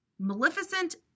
Maleficent